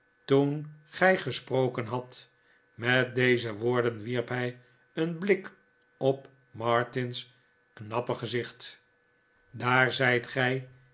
toen gij gesproken hadt met deze woorden wierp hij een blik op martin's knappe gezicht daar zijt gij